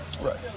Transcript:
Right